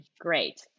great